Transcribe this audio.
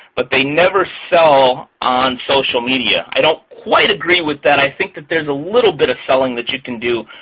but they never sell on social media. i don't quite agree with that. i think that there's a little bit of selling that you can do,